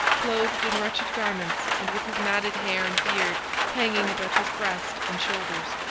clothed in wretched garments, and with his matted hair and beard hanging about his breast and shoulders,